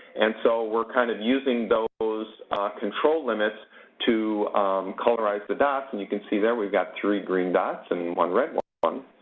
and so we're kind of using those control limits to colorize the dots. and you can see there we've got three green dots, and one red one. and